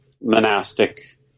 monastic